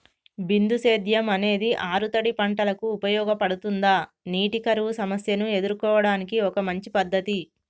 బిందు సేద్యం అనేది ఆరుతడి పంటలకు ఉపయోగపడుతుందా నీటి కరువు సమస్యను ఎదుర్కోవడానికి ఒక మంచి పద్ధతి?